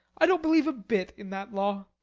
i don't believe a bit in that law.